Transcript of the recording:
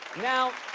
now.